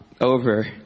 over